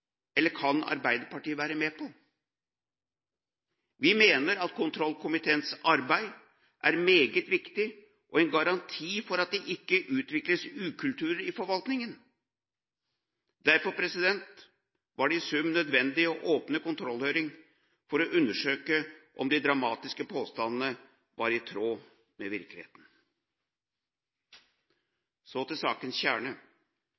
eller kan Arbeiderpartiet være med på. Vi mener at kontrollkomiteens arbeid er meget viktig og en garanti for at det ikke utvikles ukulturer i forvaltningen. Derfor var det i sum nødvendig å åpne kontrollhøring for å undersøke om de dramatiske påstandene var i tråd med virkeligheten. Så til sakens kjerne: